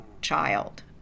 child